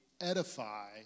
edify